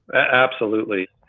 ah absolutely.